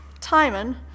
Timon